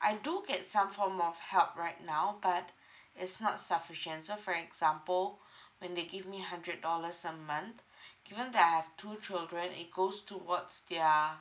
I do get some form of help right now but it's not sufficient so for example when they give me hundred dollars a month given that I have two children it goes towards their